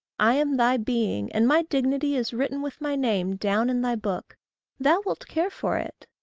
i am thy being and my dignity is written with my name down in thy book thou wilt care for it.